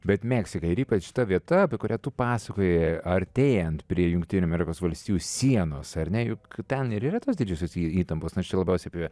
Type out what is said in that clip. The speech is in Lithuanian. bet meksika ir ypač ta vieta apie kurią tu pasakojai artėjant prie jungtinių amerikos valstijų sienos ar ne juk ten yra tos didžiosios įtampos nes čia labiausiai apie